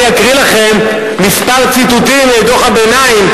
אני אקריא לכם מספר ציטוטים מדוח הביניים,